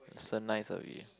so nice of you